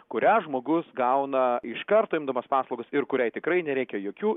kurią žmogus gauna iš karto imdamas paslaugas ir kuriai tikrai nereikia jokių